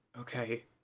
okay